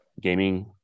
gaming